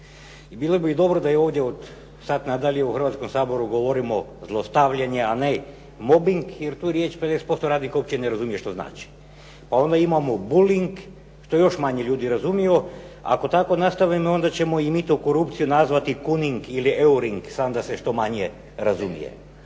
I bilo bi dobro da i ovdje od sad na dalje u Hrvatskom saboru govorimo zlostavljanje, a ne mobing jer tu riječ 50% radnika uopće ne razumije što znači. Pa onda imamo bulling, što još manje ljudi razumiju. Ako tako nastavimo, onda ćemo i mito i korupciju nazvati "kuning" ili "euring", samo da se što manje razumije.